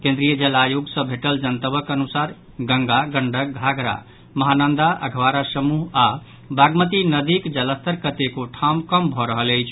केन्द्रीय जल आयोग सँ भेटल जनतबक अनुसार गंगा गंडक घाघरा महानंदा अधवारा समूह आ बागमती नदीक जलस्तर कतेको ठाम कम भऽ रहल अछि